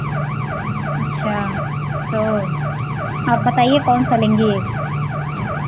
अच्छा तो आप बताइए कौन सा लेंगी